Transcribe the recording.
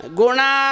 guna